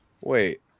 wait